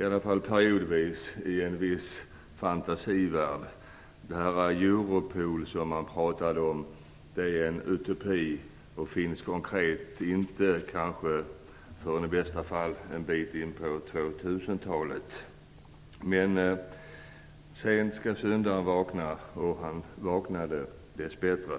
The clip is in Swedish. varje fall tidvis levde i något av en fantasivärld. Europol, som man har talat en del om, är en utopi och kommer kanske i bästa fall inte att vara realiserad förrän ett stycke in på 2000-talet. Sent skall syndaren vakna, men han vaknade dessbättre.